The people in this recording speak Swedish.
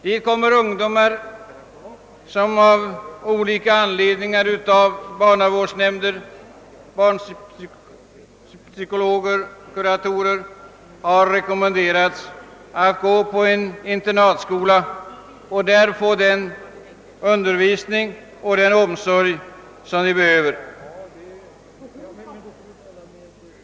Dit kommer ungdomar som av olika anledningar av barnavårdsnämnder, barnpsykologer eller kuratorer har rekommenderats att gå på en internatskola och där få den undervisning och omsorg som de behöver.